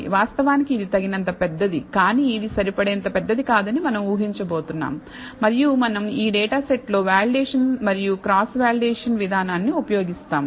వాస్తవానికి ఇది తగినంత పెద్దది కాని ఇది సరిపడేంత పెద్దది కాదని మనం ఊహించబోతున్నాము మరియు మనం ఈ డేటా సెట్ లో వాలిడేషన్ మరియు క్రాస్ వాలిడేషన్ విధానాన్ని ఉపయోగిస్తాము